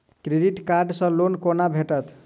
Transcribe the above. Credit card सँ loan कोना भेटत?